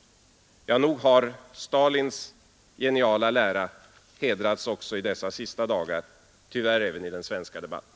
Nog har Stalins geniala lära hedrats också i dessa senaste dagar, tyvärr även i den svenska debatten.